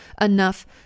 enough